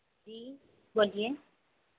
जी बोलिए